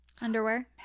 underwear